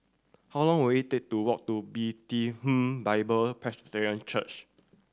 how long will it take to walk to Bible Presbyterian Church